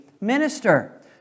minister